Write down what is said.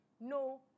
No